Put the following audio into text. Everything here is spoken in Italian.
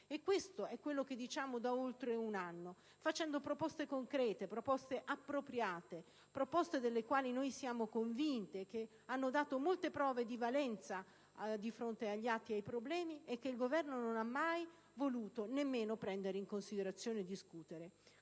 Questo è quello che diciamo da oltre un anno facendo proposte concrete, appropriate, delle quali siamo convinti e che hanno dato molte prove di validità di fronte agli atti ed ai problemi, e che il Governo non ha mai voluto nemmeno prendere in considerazione e discutere.